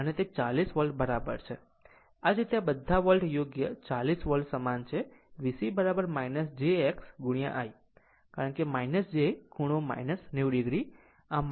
આમ તે 40 વોલ્ટ બરાબર છે આ જ રીતે બધા વોલ્ટ યોગ્ય 40 વોલ્ટ સમાન છે VC j X I કારણ કે j ખૂણો 90 o